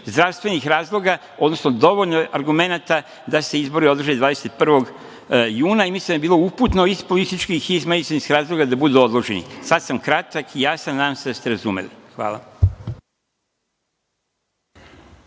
zdravstvenih razloga, odnosno dovoljno argumenata da se izbori održe 21. juna i mislim da bi bilo uputno iz političkih i medicinskih razloga da budu odloženi. Sada sam kratak i jasan, nadam se da ste razumeli. Hvala.